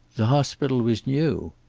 the hospital was new.